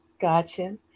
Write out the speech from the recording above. Gotcha